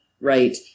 right